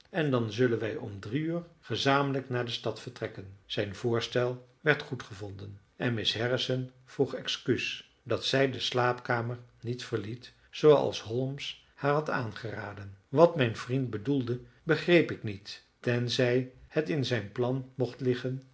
en dan zullen wij om drie uur gezamenlijk naar de stad vertrekken zijn voorstel werd goedgevonden en miss harrison vroeg excuus dat zij de slaapkamer niet verliet zooals holmes haar had aangeraden wat mijn vriend bedoelde begreep ik niet tenzij het in zijn plan mocht liggen